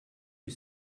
you